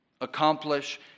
accomplish